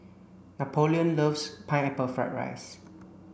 Napoleon loves pineapple fried rice